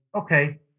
okay